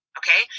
okay